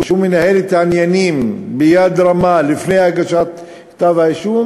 וכשהוא מנהל את העניינים ביד רמה לפני הגשת כתב-האישום,